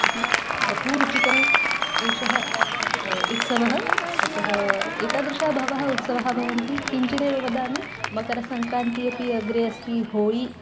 इति बहु रुचिकरम् एषः उत्सवः अतः एतादृश बहवः उत्सवः भवन्ति किञ्चिदेव वदामि मकरसङ्क्रान्ति अपि अग्रे अस्ति होळि